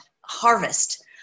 harvest